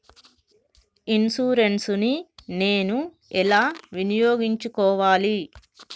Insurance ని నేను ఎలా వినియోగించుకోవాలి?